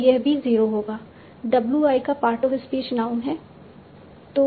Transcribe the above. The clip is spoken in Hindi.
तो यह भी 0 होगा W i का पार्ट ऑफ स्पीच नाउन है